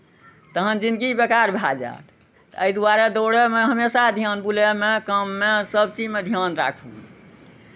तहन जिन्दगी बेकार भए जायत तऽ एहि दुआरे दौड़यमे हमेशा ध्यान बुलयमे काममे सभ चीजमे ध्यान राखू